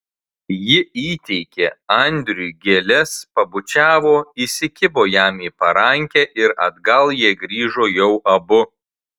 ji įteikė andriui gėles pabučiavo įsikibo jam į parankę ir atgal jie grįžo jau abu